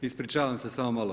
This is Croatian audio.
Ispričavam se, samo malo.